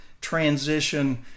transition